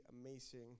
amazing